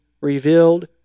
revealed